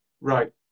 right